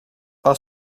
are